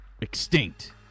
extinct